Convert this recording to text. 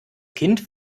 kind